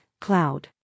cloud